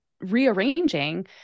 rearranging